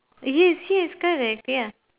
yes yes correct ya